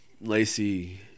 Lacey